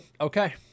okay